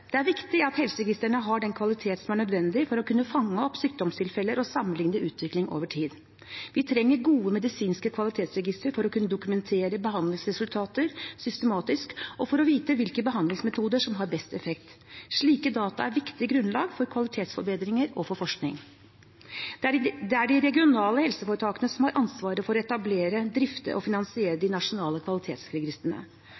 Det er viktig at helseregistrene har den kvalitet som er nødvendig for å kunne fange opp sykdomstilfeller og sammenligne utvikling over tid. Vi trenger gode medisinske kvalitetsregistre for å kunne dokumentere behandlingsresultater systematisk og for å vite hvilke behandlingsmetoder som har best effekt. Slike data er viktig grunnlag for kvalitetsforbedringer og for forskning. Det er de regionale helseforetakene som har ansvaret for å etablere, drifte og finansiere